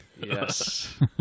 Yes